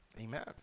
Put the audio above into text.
Amen